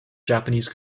japanese